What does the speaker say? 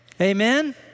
Amen